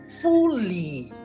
fully